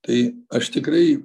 tai aš tikrai